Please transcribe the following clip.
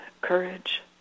courage